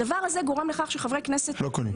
הדבר הזה גורם לכך שחברי הכנסת -- לא קונים?